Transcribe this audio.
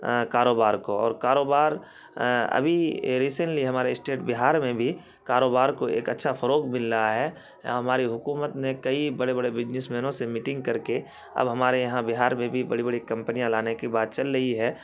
کاروبار کو اور کاروبار ابھی ریسینٹلی ہمارے اسٹیٹ بہار میں بھی کاروبار کو ایک اچھا فروغ مل رہا ہے ہماری حکومت نے کئی بڑے بڑے بزنس مینوں سے میٹنگ کر کے اب ہمارے یہاں بہار میں بھی بڑی بڑی کمپنیاں لانے کی بات چل رہی ہے